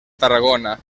tarragona